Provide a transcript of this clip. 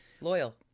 Loyal